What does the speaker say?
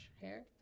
hair